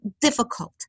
difficult